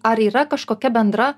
ar yra kažkokia bendra